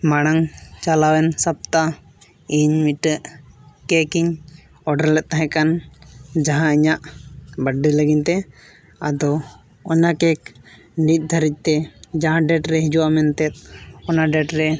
ᱢᱟᱲᱟᱝ ᱪᱟᱞᱟᱣᱮᱱ ᱥᱚᱯᱛᱟ ᱤᱧ ᱢᱤᱫᱴᱟᱝ ᱤᱧ ᱞᱮᱫ ᱛᱟᱦᱮᱸ ᱠᱟᱱ ᱡᱟᱦᱟᱸ ᱤᱧᱟᱹᱜ ᱞᱟᱹᱜᱤᱫ ᱛᱮ ᱟᱫᱚ ᱚᱱᱟ ᱱᱤᱫ ᱫᱷᱟᱹᱨᱤᱡ ᱛᱮ ᱡᱟᱦᱟᱸ ᱨᱮ ᱦᱤᱡᱩᱜᱼᱟ ᱢᱮᱱᱛᱮ ᱚᱱᱟ ᱨᱮ